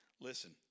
Listen